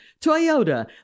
Toyota